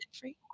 free